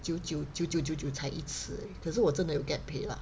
九九九九九九才一次而已可是我真的有 get paid lah